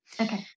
Okay